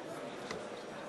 הכנסת,